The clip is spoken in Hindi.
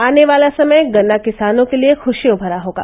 आने बाला समय गन्ना किसानों के लिये खुशियों भरा होगा